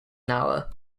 hour